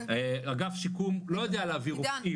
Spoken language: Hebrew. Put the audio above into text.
אגף שיקום לא יודע להעביר רופאים.